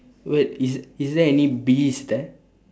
wait is is there any bees there